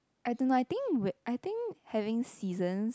I don't know I think I think having seasons